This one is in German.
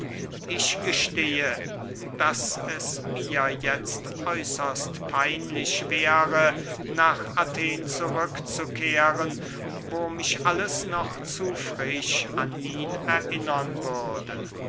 ich gestehe daß es mir jetzt äußerst peinlich wäre nach athen zurückzukehren wo mich alles noch zu frisch an ihn erinnern würde